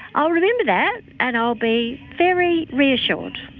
i'll remember that and i'll be very reassured.